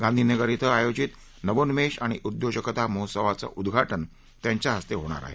गांधीनगर क्रें आयोजित नवोन्मेष आणि उद्योजकता महोत्सवाचं उद्वाटन त्यांच्या हस्ते होणार आहे